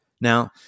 Now